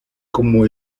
como